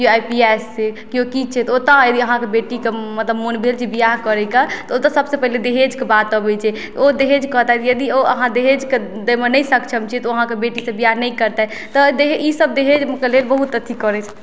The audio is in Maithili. कि आइ पी एस छै केओ किछु छै तऽ ओतोऽ यदि अहाँके बेटीके मतलब मोन भेल जे विवाह करैके तऽ ओतोऽ सब से पहले दहेजके बात अबै छै ओ दहेज कहतैथ यदि ओ अहाँ दहेजके दैमे नहि सक्षम छियै तऽ ओ अहाँके बेटी से विवाह नहि करतैथ तऽ दहे इसब दहेजके लेल बहुत अथी करै छैथ